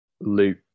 Luke